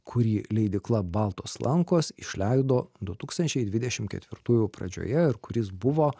kurį leidykla baltos lankos išleido du tūkstančiai dvidešim ketvirtųjų pradžioje ir kuris buvo